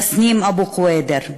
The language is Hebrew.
תסנים אבו קווידר,